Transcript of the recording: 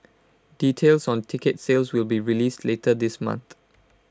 details on ticket sales will be released later this month